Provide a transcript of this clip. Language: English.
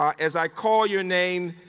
as i call your name,